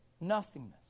nothingness